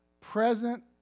Present